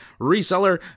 reseller